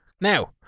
Now